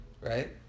right